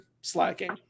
slacking